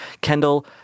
kendall